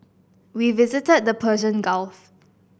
we visited the Persian Gulf